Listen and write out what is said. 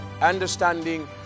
understanding